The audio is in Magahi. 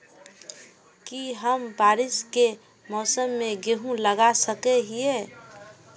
की हम बारिश के मौसम में गेंहू लगा सके हिए?